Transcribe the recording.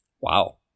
Wow